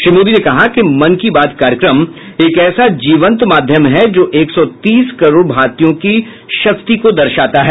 श्री मोदी ने कहा कि मन की बात कार्यक्रम एक ऐसा जीवंत माध्यम है जो एक सौ तीस करोड़ भारतीयों की शक्ति को दर्शाता है